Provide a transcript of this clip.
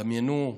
דמיינו,